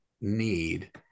need